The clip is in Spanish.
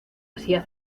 hacía